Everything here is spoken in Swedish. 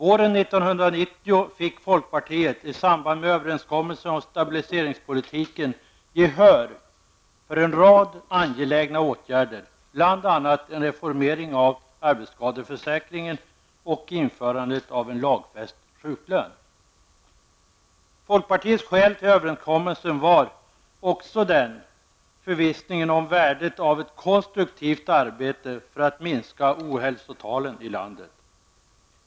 Året 1990 fick folkpartiet, i samband med en överenskommelse om stabiliseringspolitiken, gehör för en rad angelägna åtgärder, bl.a. en reformering av arbetsskadeförsäkringen och införandet av en lagfäst sjuklön. Folkpartiets skäl till överenskommelsen var också förvissningen om värdet av ett konstruktivt arbete för att minska ohälsotalen i landet.